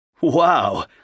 Wow